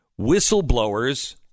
whistleblowers